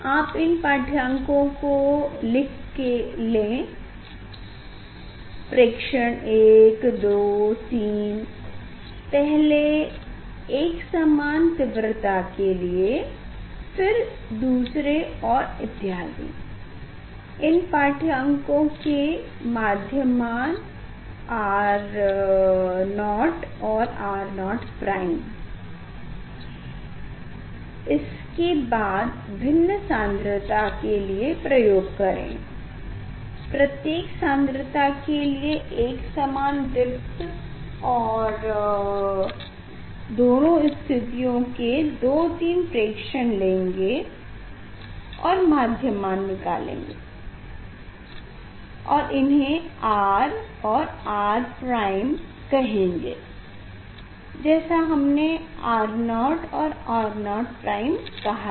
आप इन पाढ़्यांकों को लिख लें प्रेक्षण 123 पहले एकसमान दीप्त के लिए फिर दूसरे और इत्यादि इन पाढ्यांकों के माध्य मान है R0 और R0 इसके बाद भिन्न सान्द्रता के लिए प्रयोग करें प्रत्येक सान्द्रता के लिए एकसमान दीप्त की दोनों स्थितियों की 2 3 प्रेक्षण लेंगे और माध्य मान निकाल लेंगे और इन्हे R और R कहेंगे जैसा हमने R0 और R0 कहा था